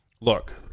Look